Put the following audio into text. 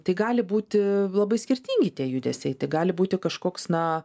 tai gali būti labai skirtingi tie judesiai tai gali būti kažkoks na